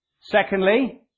Secondly